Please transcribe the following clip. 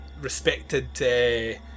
respected